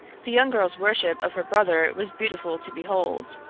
the young girl's worship of her brother was beautiful to behold.